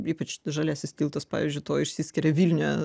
ypač žaliasis tiltas pavyzdžiui tuo išsiskiria vilniuje